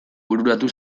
bururatu